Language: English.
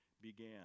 began